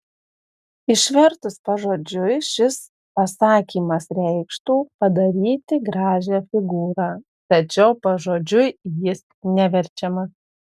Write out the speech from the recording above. išvertus pažodžiui šis pasakymas reikštų padaryti gražią figūrą tačiau pažodžiui jis neverčiamas